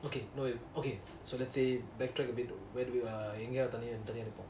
okay no okay so let's say back track a bit where do எங்க தனியா தனியா அடிப்போம்:enga thaniya thaniya adipom